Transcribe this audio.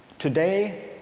today